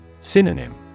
Synonym